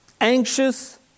anxious